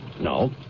No